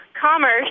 commerce